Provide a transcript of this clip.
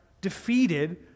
defeated